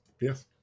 Yes